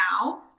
now